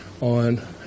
on